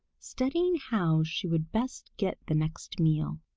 studying how she could best get the next meal.